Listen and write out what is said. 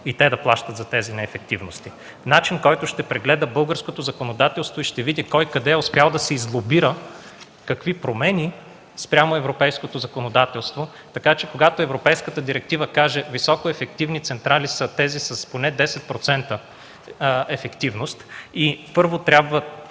– те да плащат за тези неефективности. Начин, който ще прегледа българското законодателство и ще види кой къде е успял да се излобира, какви промени спрямо европейското законодателство. Така че, когато Европейската директива каже – високоефективни централи са тези с поне 10% ефективност и първо трябва